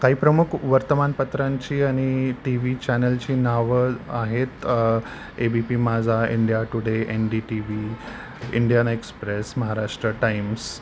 काही प्रमुख वर्तमानपत्रांची आणि टी व्ही चॅनलची नावं आहेत A B P Majha India today N D T V Indian express Maharashtra times